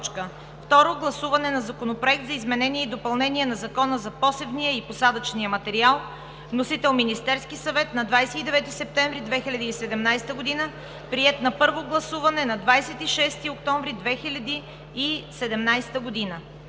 Второ гласуване на Законопроекта за изменение и допълнение на Закона за посевния и посадъчния материал. Вносител е Министерският съвет на 29 септември 2017 г. Приет е на първо гласуване на 26 октомври 2017 г.